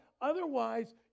Otherwise